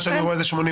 מה שאני רואה זה 80%,